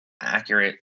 accurate